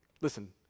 Listen